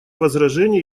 возражений